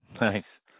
Nice